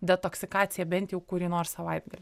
detoksikaciją bent jau kurį nors savaitgalį